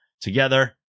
Together